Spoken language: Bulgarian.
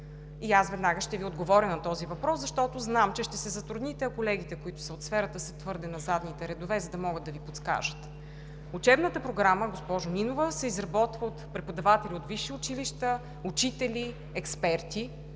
Аз веднага ще Ви отговоря на този въпрос, защото знам, че ще се затрудните, а колегите, които са от сферата, са на задните редове, за да могат да Ви подскажат. Учебната програма, госпожо Нинова, се изработва от преподаватели от висши училища, учители, експерти